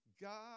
God